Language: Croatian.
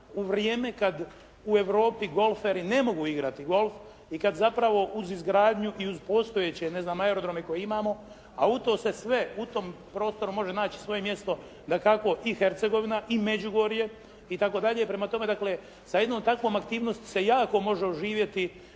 u vrijeme kad u Europi golferi ne mogu igrati golf i kad zapravo uz izgradnju i uz postojeće, ne znam, aerodrome koje imamo a u to se sve, u tom prostoru može naći svoje mjesto dakako i Hercegovina i Međugorje i tako dalje. Prema tome dakle sa jednom takvom aktivnosti se jako može oživjeti